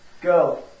Go